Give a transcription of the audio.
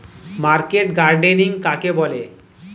Market gardening কাকে বলে?